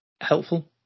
helpful